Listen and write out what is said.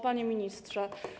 Panie Ministrze!